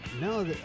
No